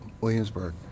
Williamsburg